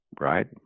Right